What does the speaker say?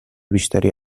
بیشتری